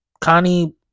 Connie